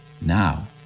Now